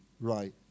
right